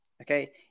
okay